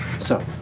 so.